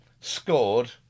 scored